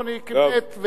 ואשתו מתה,